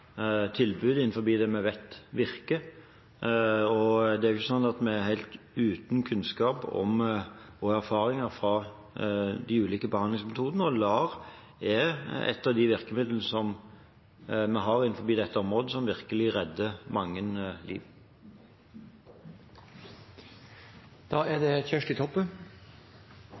det vi vet virker. Det er jo ikke sånn at vi er helt uten kunnskap om og erfaring fra de ulike behandlingsmetodene. LAR er ett av de virkemidlene vi har innenfor dette området som virkelig redder mange liv.